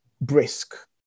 brisk